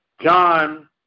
John